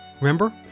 Remember